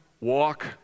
walk